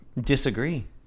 Disagree